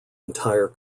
entire